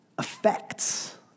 affects